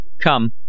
Come